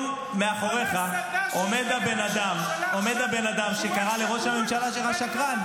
מאחוריך עומד הבן אדם שקרא לראש הממשלה שלך שקרן.